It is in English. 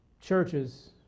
churches